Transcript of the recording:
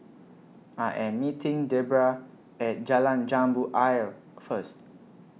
I Am meeting Debera At Jalan Jambu Ayer First